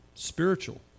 spiritual